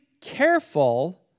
careful